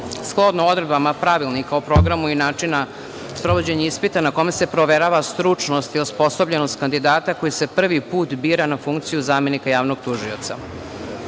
shodno odredbama Pravilnika o programu i načinu sprovođenje ispita na kome se proverava stručnost i osposobljenost kandidata koji se prvi put bira na funkciju zamenika javnog tužioca. Ispitna